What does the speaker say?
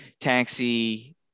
Taxi